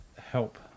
help